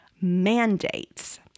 mandates